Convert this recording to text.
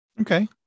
Okay